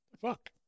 Fuck